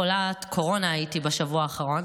חולת קורונה הייתי בשבוע האחרון,